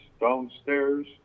downstairs